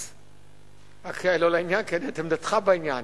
כי אני יודע את עמדתך בעניין,